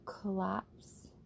collapse